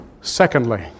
Secondly